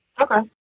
Okay